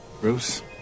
Bruce